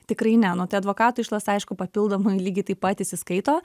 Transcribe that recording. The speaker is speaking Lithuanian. tikrai ne nu tai advokato išlaidos aišku papildomai lygiai taip pat įsiskaito